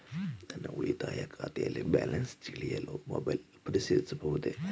ನನ್ನ ಉಳಿತಾಯ ಖಾತೆಯಲ್ಲಿ ಬ್ಯಾಲೆನ್ಸ ತಿಳಿಯಲು ಮೊಬೈಲ್ ಪರಿಶೀಲಿಸಬಹುದೇ?